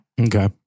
Okay